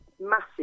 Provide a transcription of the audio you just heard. Massive